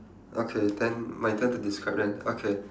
okay then my turn to describe then okay